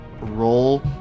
roll